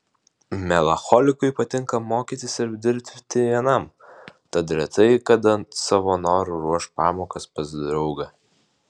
melancholikui patinka mokytis ir dirbti vienam tad retai kada savo noru ruoš pamokas pas draugą